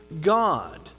God